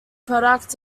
product